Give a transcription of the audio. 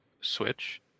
Switch